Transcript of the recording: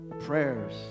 prayers